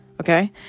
okay